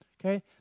Okay